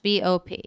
BOP